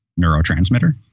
neurotransmitter